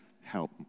help